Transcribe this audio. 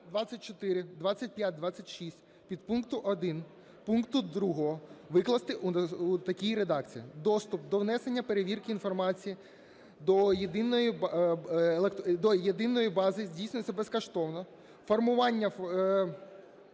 24, 25, 26 підпункту 1 пункту 2 викласти у такій редакції: "Доступ до внесення, перевірки інформації до Єдиної бази здійснюється безкоштовно. Формування